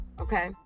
Okay